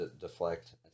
deflect